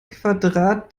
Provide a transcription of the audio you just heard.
quadrat